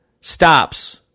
stops